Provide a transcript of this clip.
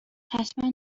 حتما